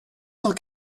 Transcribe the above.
cent